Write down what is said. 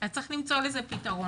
אז צריך למצוא לזה פתרון.